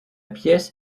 pièce